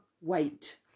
wait